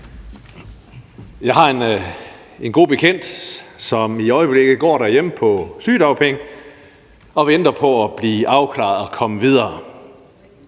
Jeg har en god bekendt, som i øjeblikket går derhjemme på sygedagpenge og venter på at blive afklaret og komme videre.